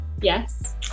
yes